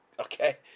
okay